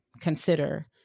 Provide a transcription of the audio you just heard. consider